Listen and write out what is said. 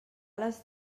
les